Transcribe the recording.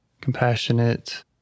Compassionate